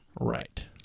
Right